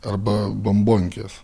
arba bambonkės